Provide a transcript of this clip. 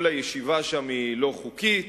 ואמרה שכל הישיבה שם לא חוקית.